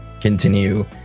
continue